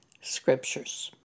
Scriptures